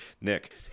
Nick